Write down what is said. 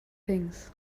things